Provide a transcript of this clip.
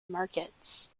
markets